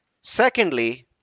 secondly